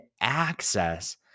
access